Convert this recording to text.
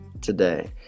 today